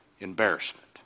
embarrassment